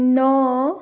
ন